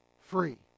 free